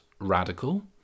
radical